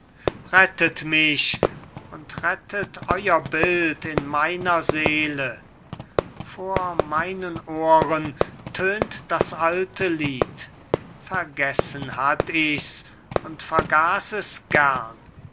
rettet mich und rettet euer bild in meiner seele vor meinen ohren tönt das alte lied vergessen hatt ich's und vergaß es gern das